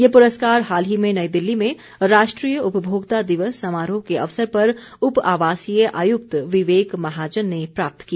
ये पुरस्कार हाल ही में नई दिल्ली में राष्ट्रीय उपमोक्ता दिवस समारोह के अवसर पर उप आवासीय आयुक्त विवेक महाजन ने प्राप्त किया